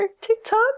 tiktok